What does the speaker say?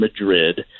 Madrid